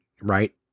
right